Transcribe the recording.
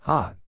Hot